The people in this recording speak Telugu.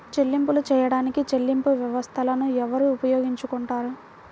చెల్లింపులు చేయడానికి చెల్లింపు వ్యవస్థలను ఎవరు ఉపయోగించుకొంటారు?